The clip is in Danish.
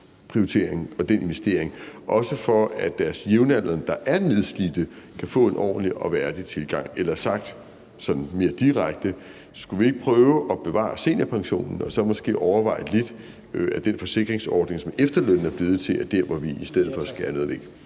prioritering og den investering, også for at deres jævnaldrende, der er nedslidte, kan få en ordentlig og værdig afgang. Eller sagt sådan mere direkte: Skulle vi ikke prøve at bevare seniorpensionen og så måske overveje lidt, om den forsikringsordning, som efterlønnen er blevet til, er dér, hvor vi i stedet for skærer noget væk?